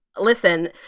listen